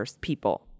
people